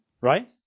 Right